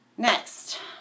Next